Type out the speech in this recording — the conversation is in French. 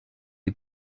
les